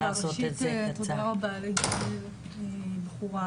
ראשית, אנחנו מכירים את הבחורה.